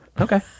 okay